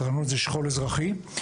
קרנות שכול אזרחי.